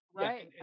right